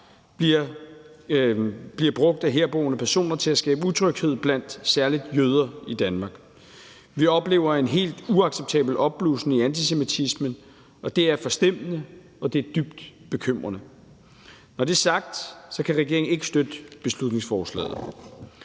bliver brugt af herboende personer til at skabe utryghed blandt særlig jøder i Danmark. Vi oplever en helt uacceptabel opblusning i antisemitismen, og det er forstemmende, og det er dybt bekymrende. Når det er sagt, kan regeringen ikke støtte beslutningsforslaget.